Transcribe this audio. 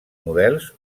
models